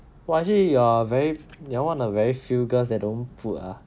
!wah! actually you're very you're one a very few girls that don't put ah